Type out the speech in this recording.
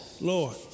Lord